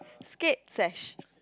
scape sesh